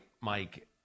Mike